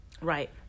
Right